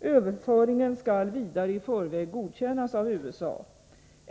Överföringen skall vidare i förväg godkännas av USA.